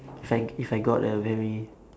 if I if I got a very